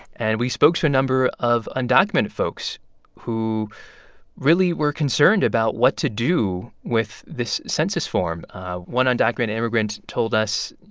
and we spoke to a number of undocumented folks who really were concerned about what to do with this census form one undocumented immigrant told us, you